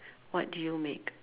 what do you make